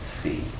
See